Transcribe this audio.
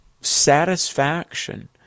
satisfaction